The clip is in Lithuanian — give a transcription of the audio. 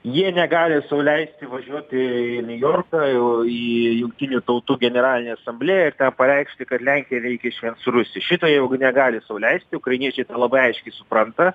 jie negali sau leisti važiuoti į niujorką į jungtinių tautų generalinę asamblėją pareikšti kad lenkija veikia išvien su rusija šitojau negali sau leisti ukrainiečiai tą labai aiškiai supranta